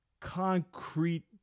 concrete